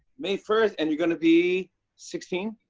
may first, and you're going to be sixteen?